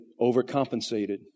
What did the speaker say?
overcompensated